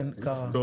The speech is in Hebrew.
קארה, בבקשה.